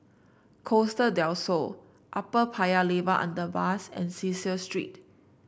Costa Del Sol Upper Paya Lebar Underpass and Cecil Street